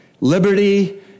Liberty